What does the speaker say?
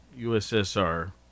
USSR